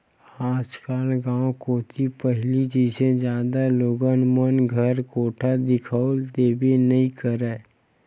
आजकल गाँव कोती पहिली जइसे जादा लोगन मन घर कोठा दिखउल देबे नइ करय